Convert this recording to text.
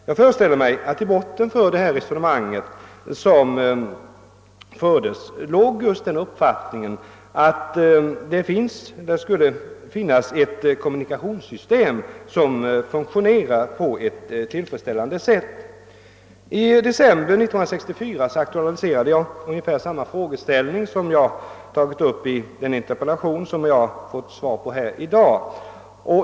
Jag föreställer mig att i botten på detta resonemang låg den uppfattningen att det skulle finnas ett kommunikationssystem som kan fungera på ett tillfredsställande sätt. I december 1964 aktualiserade jag ungefär samma frågeställning som i den interpellation som jag fått svar på i dag.